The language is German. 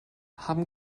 haben